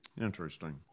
Interesting